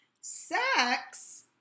Sex